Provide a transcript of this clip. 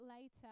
later